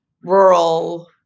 rural